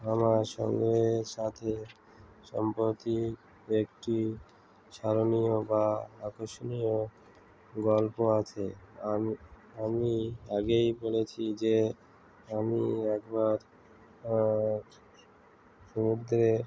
আমার সঙ্গে বা সাথে সম্প্রতিক একটি স্মরণীয় বা আকর্ষণীয় গল্প আছে আমি আমি আগেই বলেছি যে আমি একবার সমুদ্রে